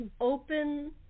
open